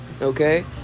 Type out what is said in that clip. Okay